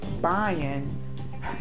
buying